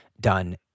done